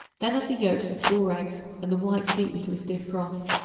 then add the yolks of four eggs and the whites beaten to a stiff froth.